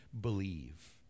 believe